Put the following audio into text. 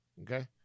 okay